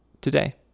today